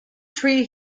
tree